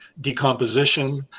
decomposition